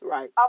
Right